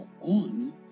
on